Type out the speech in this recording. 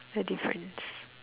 a difference